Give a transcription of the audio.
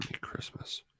Christmas